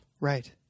Right